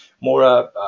more